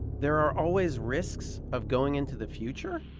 there are always risks of going into the future?